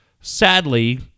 sadly